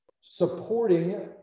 supporting